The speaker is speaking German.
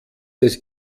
des